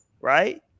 Right